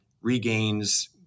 regains